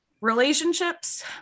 relationships